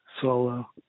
solo